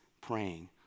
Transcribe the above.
praying